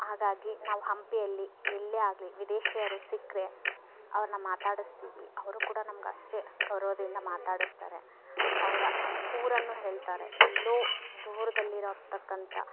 ಹಾಗಾಗಿ ನಾವು ಹಂಪಿಯಲ್ಲಿ ಎಲ್ಲೇ ಆಗಲಿ ವಿದೇಶಿಯರು ಸಿಕ್ಕರೆ ಅವ್ರನ್ನ ಮಾತಾಡಿಸ್ತೀವಿ ಅವರೂ ಕೂಡ ನಮ್ಗೆ ಅಷ್ಟೇ ಗೌರವದಿಂದ ಮಾತಾಡಿಸ್ತಾರೆ ಅವರ ಊರನ್ನ ಹೇಳ್ತಾರೆ ಎಲ್ಲೋ ದೂರದಲ್ಲಿರತಕ್ಕಂಥ